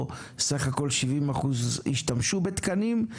או סך הכל 70% השתמשו בתקנים,